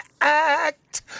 act